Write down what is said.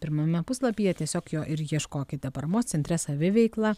pirmame puslapyje tiesiog jo ir ieškokite paramos centre saviveikla